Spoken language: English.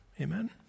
Amen